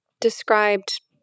described